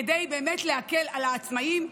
כדי באמת להקל על העצמאים.